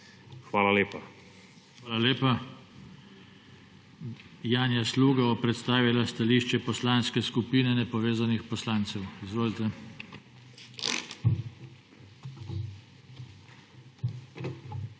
JOŽE TANKO: Hvala lepa. Janja Sluga bo predstavila stališče Poslanske skupine nepovezanih poslancev. Izvolite. JANJA